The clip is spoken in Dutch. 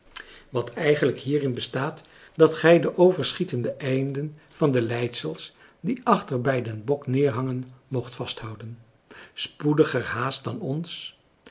wat eigenlijk hierin bestaat dat gij de overschietende einden van de leidsels die achter bij den bok neerhangen moogt vasthouden spoediger haast dan ons